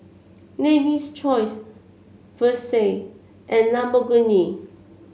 Lady's Choice Versace and Lamborghini